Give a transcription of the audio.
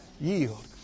Yield